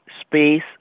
space